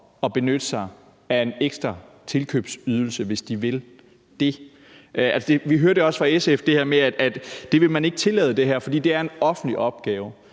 at benytte sig af en ekstra tilkøbsydelse, hvis de vil det. Vi hørte det også fra SF, altså det her med, at man ikke vil tillade det, fordi det er en offentlig opgave.